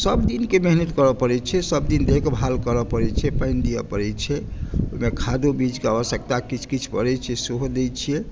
आ सभ दिनके मेहनत करय पड़ैत छै सभदिन देखभाल करय पड़ैत छै पानि दिअ पड़ैत छै ओहिमे खादो बीजक आवश्यकता किछु किछु पड़ैत छै सेहो दैत छियै